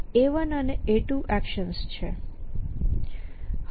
A1 અને A2 actions છે